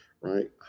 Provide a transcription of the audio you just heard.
right